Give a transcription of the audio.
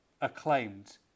acclaimed